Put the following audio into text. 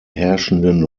herrschenden